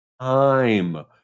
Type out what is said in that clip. time